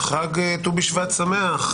חג ט"ו בשבט שמח,